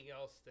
else